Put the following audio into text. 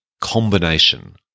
combination